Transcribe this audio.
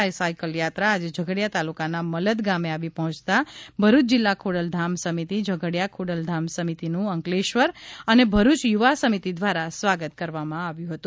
આ સાયકલ યાત્રા આજે ઝઘડીયા તાલુકાના મલદ ગામે આવી પહોંચતા ભરૂય જિલ્લા ખોડલધામ સમિતિ ઝઘડીયા ખોડલધામ સમિતિનું અંકલેશ્વર અને ભરૂચ યુવા સમિતિ દ્વારા સ્વાગત કરવામાં આવ્યું હતું